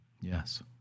Yes